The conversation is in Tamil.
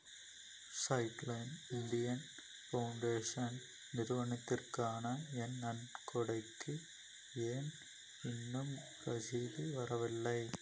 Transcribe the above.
சைல்டு லைன் இந்தியன் ஃபவுண்டேஷன் நிறுவனத்திற்கான என் நன்கொடைக்கு ஏன் இன்னும் ரசீது வரவில்லை